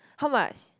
how much